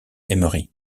emery